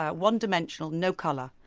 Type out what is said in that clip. ah one dimensional, no colour.